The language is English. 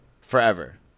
Forever